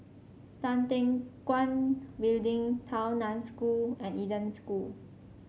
Tan Teck Guan Building Tao Nan School and Eden School